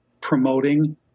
promoting